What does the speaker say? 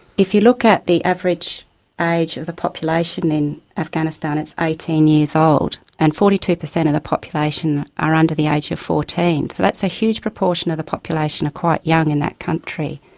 if you look at the average age of the population in afghanistan, it's eighteen years old, and forty two per cent of the population are under the age of fourteen, so that's a huge proportion of the population are quite young in that country,